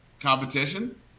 competition